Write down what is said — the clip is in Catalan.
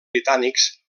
britànics